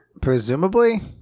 Presumably